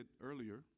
earlier